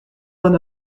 vingt